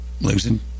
losing